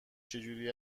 چجوری